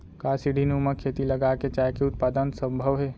का सीढ़ीनुमा खेती लगा के चाय के उत्पादन सम्भव हे?